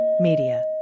Media